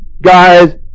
guys